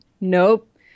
Nope